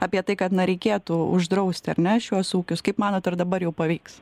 apie tai kad na reikėtų uždrausti ar ne šiuos ūkius kaip manot ar dabar jau pavyks